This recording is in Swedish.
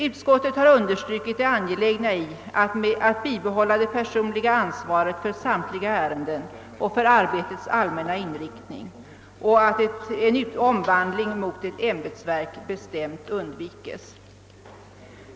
Utskottet har understrukit det angelägna i att bibehålla det personliga ansvaret för samtliga ärenden och för arbetets allmänna inriktning och att en omvandling mot ett ämbetsverk bestämt undvikes.